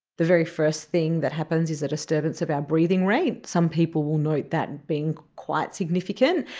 the very first thing that happens is a disturbance of our breathing rate, some people will note that being quite significant,